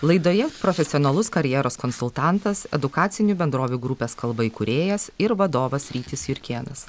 laidoje profesionalus karjeros konsultantas edukacinių bendrovių grupės kalba įkūrėjas ir vadovas rytis jurkėnas